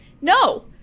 No